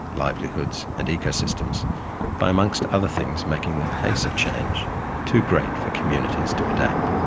livelihoods and ecosystems by, amongst other things, making the pace of change too great for communities to adapt.